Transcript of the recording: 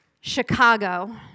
Chicago